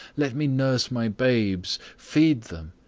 let me nurse my babes, feed them,